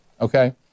Okay